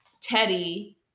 Teddy